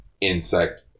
insect